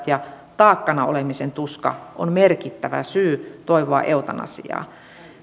ja taakkana olemisen tuska on merkittävä syy toivoa eutanasiaa